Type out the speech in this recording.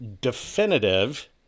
definitive